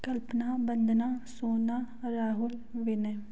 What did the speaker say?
Kalpana Vandana Sona Rahul Vinay